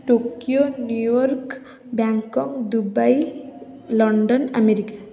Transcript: Tokyo New York Bangkok Dubai London America